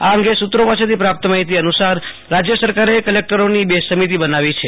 આ અંગે સુત્રોમાંથી પ્રાપ્ત માહિતી અનુ સાર રાજય સરકારે કલેક્ટરોની બે સમિતી બનાવી છે